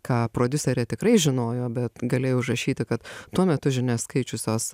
ką prodiuserė tikrai žinojo bet galėjo užrašyti kad tuo metu žinias skaičiusios